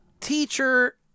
Teacher